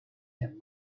him